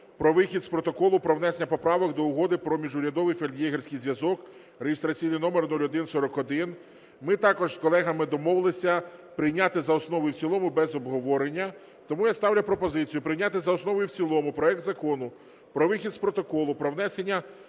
про вихід з Протоколу про внесення поправок до Угоди про Міжурядовий фельд'єгерський зв'язок (реєстраційний номер 0141). Ми також з колегами домовилися прийняти за основу і в цілому без обговорення. Тому я ставлю пропозицію прийняти за основу і в цілому проект Закону про вихід з Протоколу про внесення